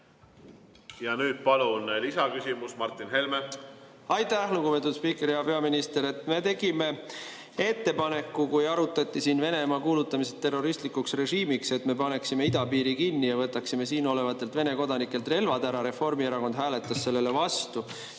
lahkuma, kuni asjaolud on selgunud? Aitäh, lugupeetud spiiker! Hea peaminister! Me tegime ettepaneku, kui arutati siin Venemaa kuulutamist terroristlikuks režiimiks, et me paneksime idapiiri kinni ja võtaksime siinolevatelt Vene kodanikelt relvad ära. Reformierakond hääletas sellele vastu.